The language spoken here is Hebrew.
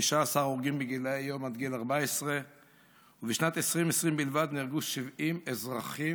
19 הרוגים הם מגיל יום עד גיל 14. ובשנת 2020 בלבד נהרגו 70 אזרחים